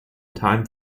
time